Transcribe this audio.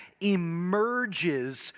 emerges